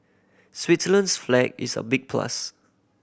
Switzerland's flag is a big plus